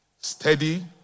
Steady